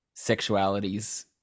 sexualities